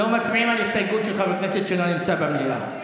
לא מצביעים על הסתייגות של חבר כנסת שלא נמצא במליאה,